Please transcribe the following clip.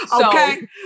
Okay